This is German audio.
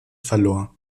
verlor